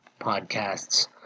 podcasts